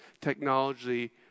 technology